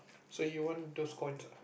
so you want those coins ah